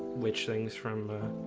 which things from